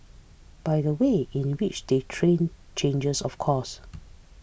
but the way in which they trained changes of course